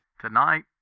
Tonight